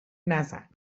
نزن